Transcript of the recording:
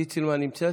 עידית סילמן נמצאת?